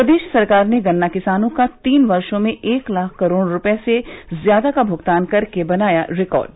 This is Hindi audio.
प्रदेश सरकार ने गन्ना किसानों का तीन वर्षों में एक लाख करोड़ रुपये से ज्यादा का भुगतान करके बनाया रिकॉर्ड